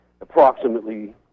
approximately